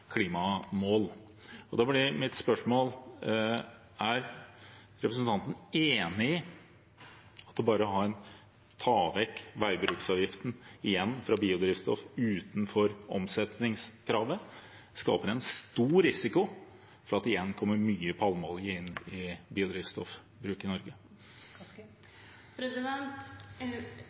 Da blir mitt spørsmål: Er representanten enig i at det å bare ta vekk veibruksavgiften igjen for biodrivstoff utenfor omsetningskravet skaper en stor risiko for at det igjen kommer mye palmeolje inn i biodrivstoffbruken i Norge?